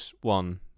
one